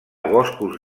boscos